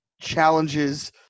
challenges